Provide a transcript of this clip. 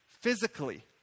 physically